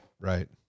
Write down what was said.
right